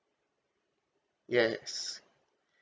yes